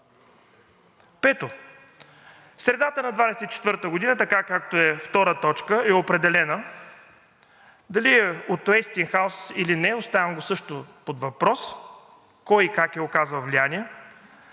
Пето, в средата на 2024 г., така както т. 2 е определена – дали е от „Уестингхаус“ или не, оставям го също под въпрос кой и как е оказал влияние,